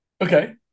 Okay